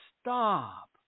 Stop